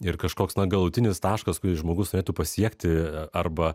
ir kažkoks na galutinis taškas kurį žmogus turėtų pasiekti arba